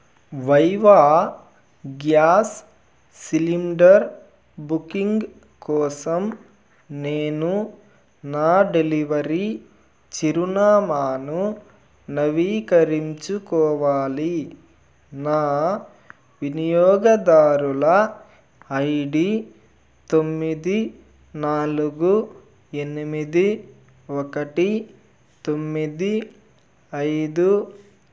viva gas cylinder booking కోసం నేను నా డెలివరీ చిరునామాను నవీకరించుకోవాలి నా వినియోగదారుల ఐడి తొమ్మిది నాలుగు ఎనిమిది ఒకటి తొమ్మిది ఐదు